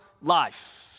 life